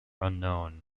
unknown